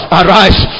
arise